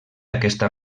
aquesta